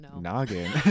noggin